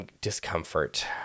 discomfort